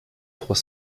trois